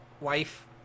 wife